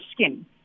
skin